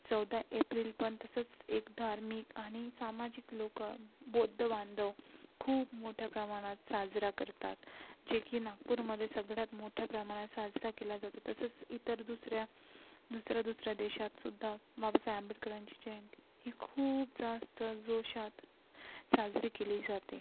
चौदा एप्रिलपण तसंच एक धार्मिक आणि सामाजिक लोक बौद्ध बांधव खूप मोठ्या प्रमाणात साजरा करतात जे की नागपूरमधे सगळ्यात मोठ्या प्रमाणात साजरा केला जातो तसंच इतर दुसऱ्या दुसऱ्या दुसऱ्या देशातसुद्धा बाबासाय आंबेडकरांची जयंती ही खूप जास्त जोशात साजरी केली जाते